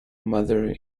mother